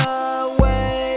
away